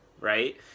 right